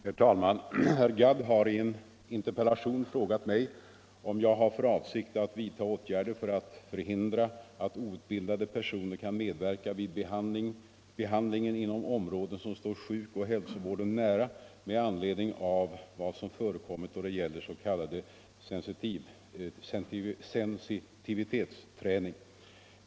Herr talman! Herr Gadd har i en interpellation frågat mig om jag har för avsikt att vidta åtgärder för att förhindra att outbildade personer kan medverka vid behandlingen inom områden som står sjukoch hälsovården nära med anledning av vad som förekommit då det gäller s.k. sensitivitetsträning.